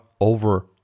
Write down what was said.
over